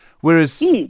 Whereas